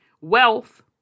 wealth